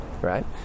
right